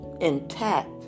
intact